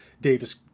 Davis